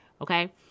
Okay